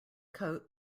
coat